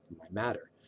my matter.